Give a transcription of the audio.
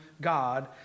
God